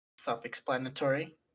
Self-explanatory